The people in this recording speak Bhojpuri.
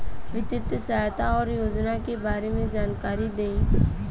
वित्तीय सहायता और योजना के बारे में जानकारी देही?